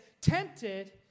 tempted